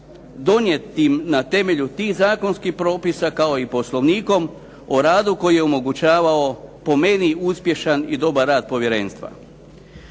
donijetim na temelju tih zakonskih propisa kao i poslovnikom o radu koji je omogućavao po meni uspješan i dobar rad povjerenstva.